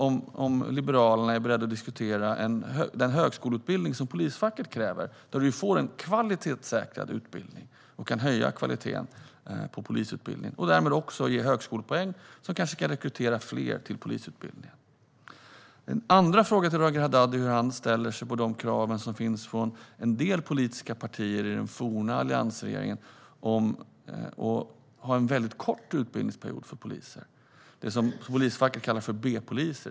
Är Liberalerna beredda att diskutera den högskoleutbildning som polisfacket kräver? Då får vi en kvalitetssäkrad utbildning och kan höja kvaliteten på polisutbildningen som därmed också ger högskolepoäng, vilket kan leda till att fler kan rekryteras till polisutbildningen. Min andra fråga gäller hur han ställer sig till de krav som finns från en del politiska partier i den forna alliansregeringen på att ha en väldigt kort utbildningsperiod för poliser, det som polisfacket kallar för B-poliser.